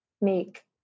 make